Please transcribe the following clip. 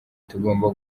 tugomba